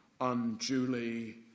unduly